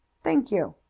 thank you.